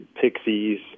Pixies